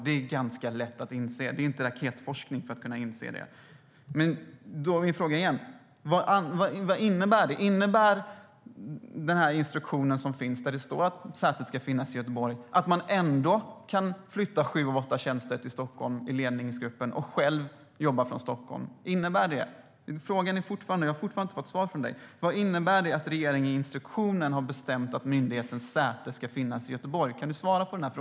Det är ganska lätt att inse det. Jag har fortfarande inte fått svar av kulturministern. Kan du svara på frågan, kulturministern?